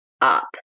up